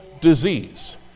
disease